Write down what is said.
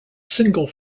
single